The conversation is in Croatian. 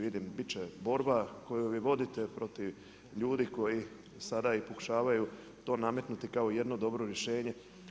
Vidim bit će borba koju vodite protiv ljudi koji sada pokušavaju to nametnuti kao jedno dobro rješenje.